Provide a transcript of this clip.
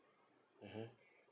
mmhmm